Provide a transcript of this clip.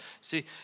see